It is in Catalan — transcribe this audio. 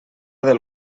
del